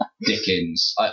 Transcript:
Dickens